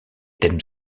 thèmes